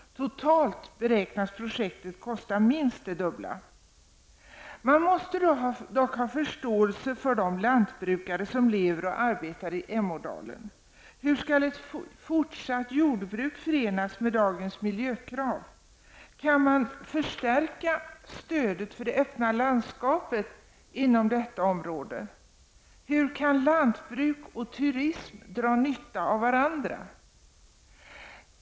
Totalt beräknas projektet kosta minst det dubbla. Man måste dock ha förståelse för de lantbrukare som lever och arbetar i Emådalen. Hur skall ett fortsatt jordbruk förenas med dagens miljökrav? Kan man förstärka stödet för det öppna landskapet inom detta område? Hur kan lantbruk och turism dra nytta av varandra?